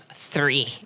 Three